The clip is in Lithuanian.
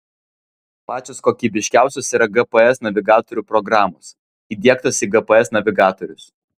pačios kokybiškiausios yra gps navigatorių programos įdiegtos į gps navigatorius